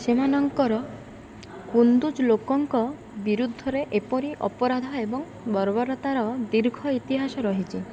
ସେମାନଙ୍କର କୁନ୍ଦୁଜ୍ ଲୋକଙ୍କ ବିରୁଦ୍ଧରେ ଏପରି ଅପରାଧ ଏବଂ ବର୍ବରତାର ଦୀର୍ଘ ଇତିହାସ ରହିଛି